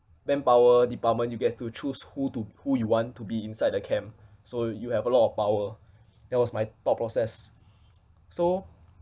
manpower department you get to choose who to who you want to be inside the camp so you have a lot of power that was my thought process so